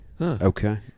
Okay